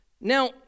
Now